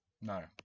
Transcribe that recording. No